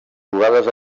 jugades